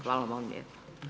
Hvala vam lijepa.